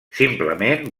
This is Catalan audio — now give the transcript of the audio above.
simplement